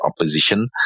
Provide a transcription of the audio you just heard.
opposition